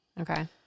Okay